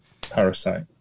parasite